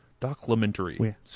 documentary